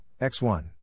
X1